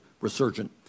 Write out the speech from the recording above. Resurgent